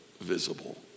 visible